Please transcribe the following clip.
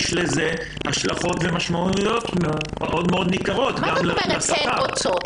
יש לזה השלכות ומשמעויות מאוד מאוד ניכרות גם להכנסתן.